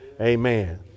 Amen